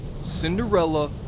Cinderella